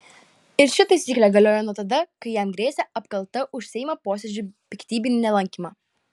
ir ši taisyklė galioja nuo tada kai jam grėsė apkalta už seimo posėdžių piktybinį nelankymą